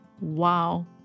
Wow